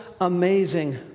amazing